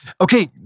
Okay